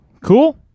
Cool